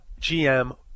GM